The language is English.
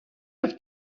have